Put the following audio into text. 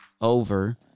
over